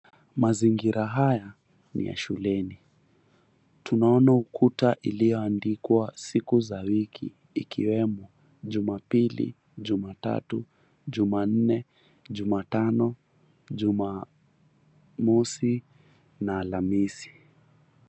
Mazingira haya ni ya shuleni, tunaona ukuta iliyoandikwa siku za wiki ikiwemo Jumapili, Jumatatu, Jumanne, Jumatano, Jumamosi na Alhamisi.